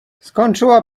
skończyła